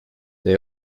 they